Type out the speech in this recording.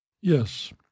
Yes